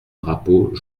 drapeau